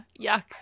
yuck